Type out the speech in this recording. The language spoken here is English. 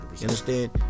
understand